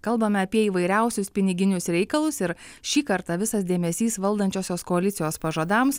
kalbame apie įvairiausius piniginius reikalus ir šį kartą visas dėmesys valdančiosios koalicijos pažadams